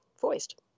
voiced